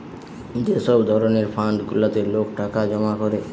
যে সব ধরণের ফান্ড গুলাতে লোক টাকা জমা করে